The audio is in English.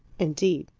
indeed.